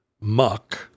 muck